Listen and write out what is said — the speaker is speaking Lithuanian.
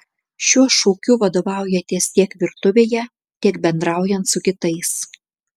šiuo šūkiu vadovaujatės tiek virtuvėje tiek bendraujant su kitais